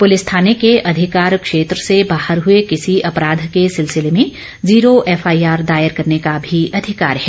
police थाने के अधिकार क्षेत्र से बाहर हए किसी अपराध के सिलसिले में जीरो एफआईआर दायर करने का भी अधिकार है